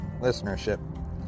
listenership